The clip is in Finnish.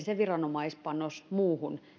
se viranomaispanos tarvittaisiin muuhun